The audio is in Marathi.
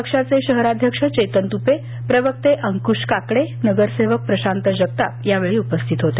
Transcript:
पक्षाचे शहराध्यक्ष चेतन तुपे प्रवक्ते अंकुश काकडे नगरसेवक प्रशांत जगताप यावेळी उपस्थित होते